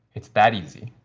it's that easy.